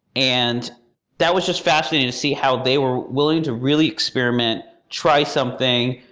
and that was just fascinating to see how they were willing to really experiment, try something,